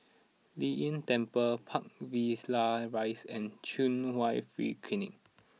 Lei Yin Temple Park Villas Rise and Chung Hwa Free Clinic